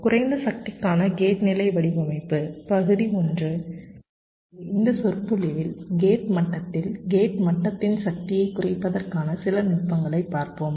குறைந்த சக்திக்கான கேட் நிலை வடிவமைப்பு பகுதி 1 எனவே இந்த சொற்பொழிவில் கேட் மட்டத்தில் கேட் மட்டத்தின் சக்தியைக் குறைப்பதற்கான சில நுட்பங்களைப் பார்ப்போம்